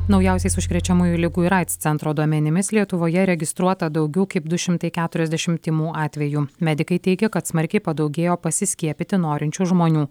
naujausiais užkrečiamųjų ligų ir aids centro duomenimis lietuvoje registruota daugiau kaip du šimtai keturiasdešimt tymų atvejų medikai teigia kad smarkiai padaugėjo pasiskiepyti norinčių žmonių